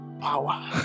power